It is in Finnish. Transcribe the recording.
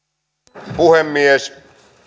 arvoisa puhemies